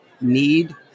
need